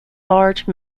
large